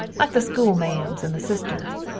like the schoolmaams and the sisters.